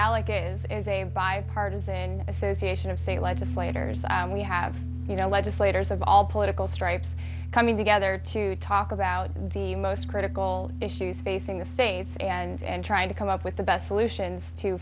alec is as a bipartisan association of say legislators and we have you know legislators of all political stripes coming together to talk about the most critical issues facing the face and trying to come up with the best solutions to